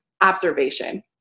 observation